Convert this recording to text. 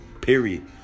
Period